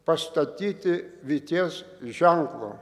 pastatyti vyties ženklo